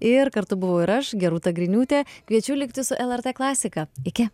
ir kartu buvau ir aš gerūta griniūtė kviečiu likti su lrt klasika iki